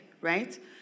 right